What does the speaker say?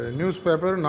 newspaper